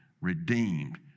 redeemed